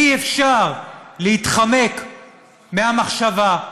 אי-אפשר להתחמק מהמחשבה,